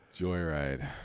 Joyride